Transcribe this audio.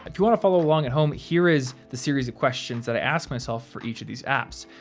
if you wanna follow along at home, here is the series of questions that i ask myself for each of these apps.